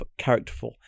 characterful